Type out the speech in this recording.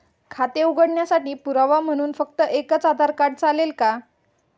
खाते उघडण्यासाठी पुरावा म्हणून फक्त एकच आधार कार्ड चालेल का?